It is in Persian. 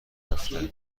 هفته